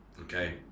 okay